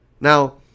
Now